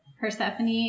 Persephone